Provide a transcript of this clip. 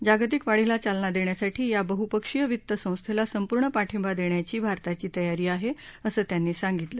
जागतिक वाढीला चालना देण्यासाठी या बह्पक्षीय वित्त संस्थेला संपूर्ण पाठिंबा देण्याची भारताची तयारी आहे असं त्यांनी सांगितलं